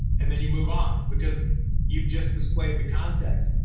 and then you move on because you've just displayed the context.